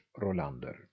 Rolander